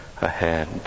ahead